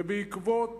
ובעקבות